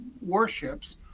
warships